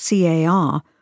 CAR